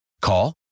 Call